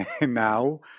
now